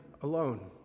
alone